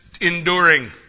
enduring